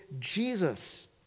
Jesus